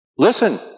Listen